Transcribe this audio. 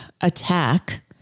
attack